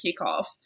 kickoff